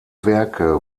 werke